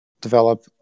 develop